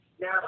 Now